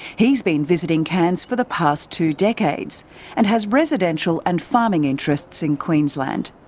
he's been visiting cairns for the past two decades and has residential and farming interests in queensland.